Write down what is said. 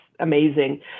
amazing